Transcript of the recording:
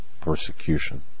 persecution